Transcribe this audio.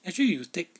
actually you take